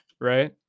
right